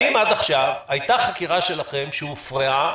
האם עד עכשיו הייתה חקירה שלכם שהופרעה